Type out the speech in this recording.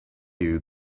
you